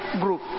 group